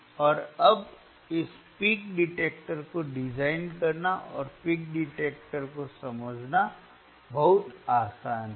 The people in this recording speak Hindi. तो अब इस पीक डिटेक्टर को डिजाइन करना और पीक डिटेक्टर को समझना बहुत आसान है